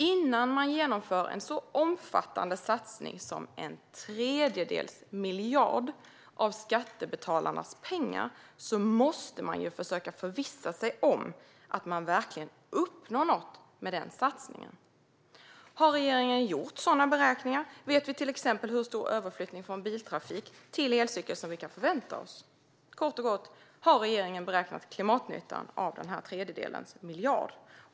Innan man genomför en så omfattande satsning som en tredjedels miljard av skattebetalarnas pengar måste man försöka förvissa sig om att man verkligen uppnår något med satsningen. Har regeringen gjort sådana beräkningar? Vet vi till exempel hur stor överflyttning från biltrafik till elcykel vi kan förvänta oss? Kort och gott: Har regeringen beräknat klimatnyttan av denna tredjedels miljard?